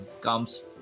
comes